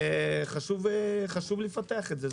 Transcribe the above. וחשוב לפתח את זה.